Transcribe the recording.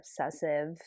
obsessive